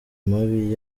mabi